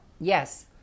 Yes